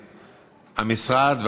המשרד,